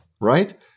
Right